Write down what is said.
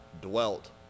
dwelt